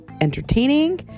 entertaining